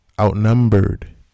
outnumbered